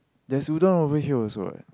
there's udon over here also what